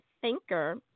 thinker